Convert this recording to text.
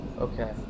Okay